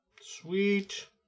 Sweet